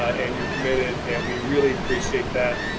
ah and you're committed and we really appreciate that.